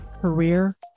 career